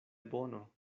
bono